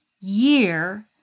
year